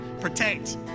protect